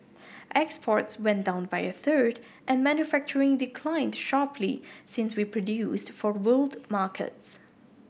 exports went down by a third and manufacturing declined sharply since we produced for world markets